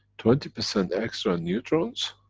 twenty percent extra neutrons,